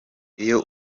iyo